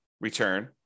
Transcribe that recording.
return